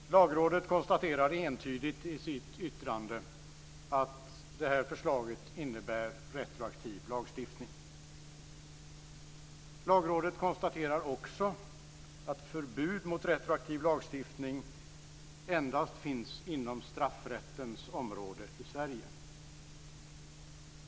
Fru talman! Lagrådet konstaterar entydigt i sitt yttrande att det här förslaget innebär retroaktiv lagstiftning. Lagrådet konstaterar också att förbud mot retroaktiv lagstiftning endast finns inom straffrättens område i Sverige.